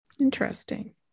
Interesting